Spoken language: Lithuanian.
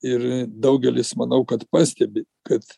ir daugelis manau kad pastebi kad